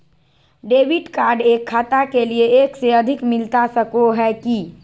Debit card एक खाता के लिए एक से अधिक मिलता सको है की?